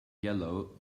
yellow